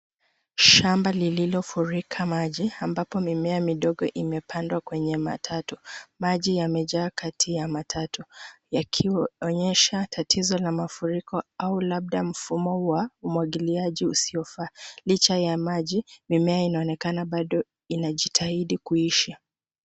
Shamba lililofurika maji ambapo mimea midogo imepandwa kwenye matatu. Maji yamejaa kati ya matatu yakionyesha tatizo la mafuriko au labda mfumo wa umwagiliaji usiofaa. Licha ya maji mimea inaonekana bado inajitahidi kuishi.